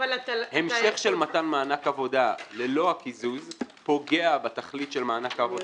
המשך של מתן מענק העבודה ללא הקיזוז פוגע בתכלית של מענק העבודה